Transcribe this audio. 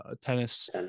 tennis